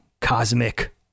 cosmic